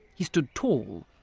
he stood tall,